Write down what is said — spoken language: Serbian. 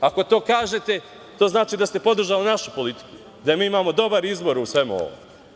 Ako to kažete, to znači da ste podržali našu politiku, da mi imamo dobar izbor u svemu ovome.